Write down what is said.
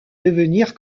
devenir